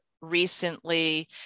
recently